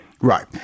Right